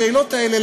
השאלות האלה,